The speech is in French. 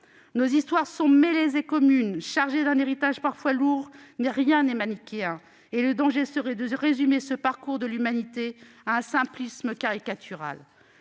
Nos histoires sont mêlées et communes, chargées d'un héritage parfois lourd, mais rien n'est manichéen, et le danger serait de résumer ce parcours de l'humanité à un simplisme caricatural.